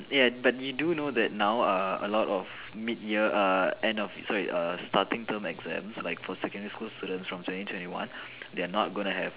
ya but you do know that now err a lot of mid year err end of sorry err starting term exams like for secondary school students from twenty twenty one they are not gonna have